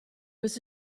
was